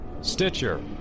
Stitcher